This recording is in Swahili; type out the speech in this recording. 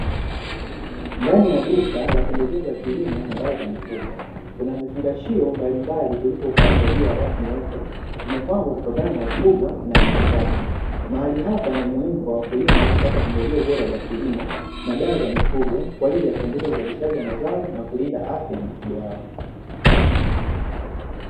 Ndani ya duka la pembjeo za kilimo na dawa za mifugo, kuna vifungashio mbalimbali vilivyopangwa juu ya rafu nyeupe, zimepangwa kutokana na ukubwa na aina zak. Mahali hapa ni muhimu kwa wakulima kupata pembejeo bora za kilimo na dawa za mifugo kwa ajili ya kuongeza uzalishaji wa mazao na kulinda afya ya mifugo yao.